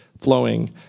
flowing